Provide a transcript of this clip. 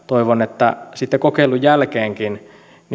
toivon että sitten kokeilun jälkeenkin